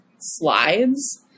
slides